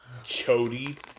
Chody